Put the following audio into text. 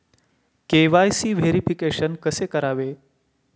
KYC verification कसे करावे?